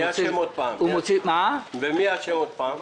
היה פה דיון רציני.